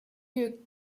lieu